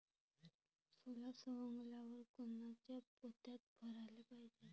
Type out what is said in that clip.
सोला सवंगल्यावर कोनच्या पोत्यात भराले पायजे?